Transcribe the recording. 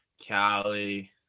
Cali